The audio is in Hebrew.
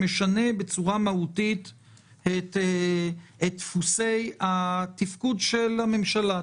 שמשנה בצורה מהותית את דפוסי התפקוד של הממשלה,